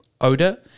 odor